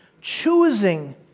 choosing